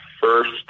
first